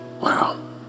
Wow